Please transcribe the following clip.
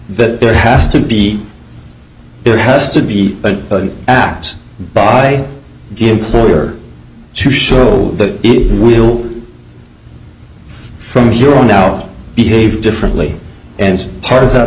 that there has to be there has to be an act by the employer to show that if we'll from here on now behave differently and part of that